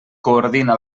coordina